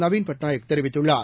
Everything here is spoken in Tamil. நவீன் பட்நாயக் தெரிவித்துள்ளார்